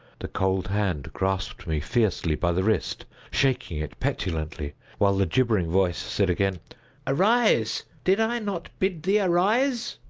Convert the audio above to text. the cold hand grasped me fiercely by the wrist, shaking it petulantly, while the gibbering voice said again arise! did i not bid thee arise?